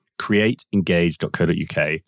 createengage.co.uk